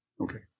Okay